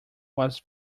was